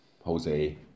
Jose